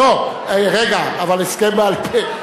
לא, רגע, אבל הסכם בעל-פה.